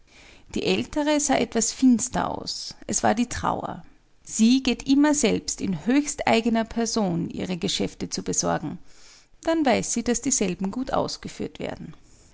die ältere sah etwas finster aus es war die trauer sie geht immer selbst in höchsteigener person ihre geschäfte zu besorgen dann weiß sie daß dieselben gut ausgeführt werden